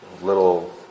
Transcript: little